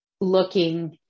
looking